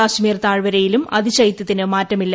കശ്മീർ താഴ്വരയിലും അതിശൈത്യത്തിന് മാറ്റമില്ല